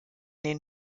den